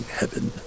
heaven